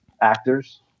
actors